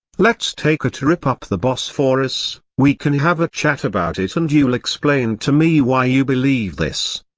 let's take a trip up the bosphorus we can have a chat about it and you'll explain to me why you believe this.